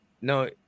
No